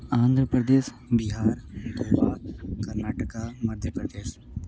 Andhra Pradesh Bihar Goa Karnataka Madhya Pradesh